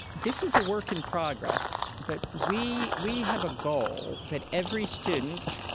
this is a work in progress. but we we have a goal that every student,